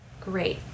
Great